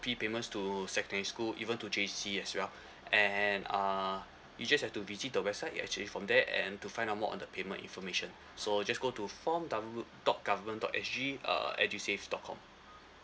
fee payments to secondary school even to J_C as well and uh you just have to visit the website ya actually from there and to find out more on the payment information so just go to form download dot government dot S G uh edusave dot com